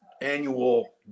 annual